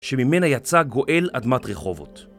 שממנה יצא גואל אדמת רחובות.